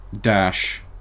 dash